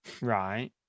Right